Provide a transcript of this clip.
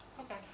Okay